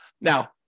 Now